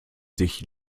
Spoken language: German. sich